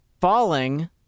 Falling